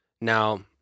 Now